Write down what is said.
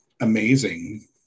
amazing